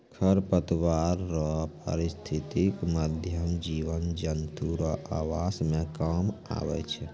खरपतवार रो पारिस्थितिक महत्व जिव जन्तु रो आवास मे काम आबै छै